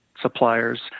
suppliers